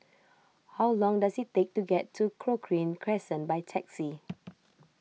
how long does it take to get to Cochrane Crescent by taxi